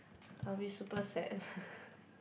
I will be super sad